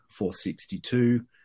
462